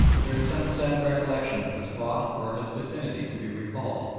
there is some sad recollection of the spot or of its vicinity to be recalled,